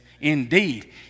Indeed